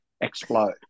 explode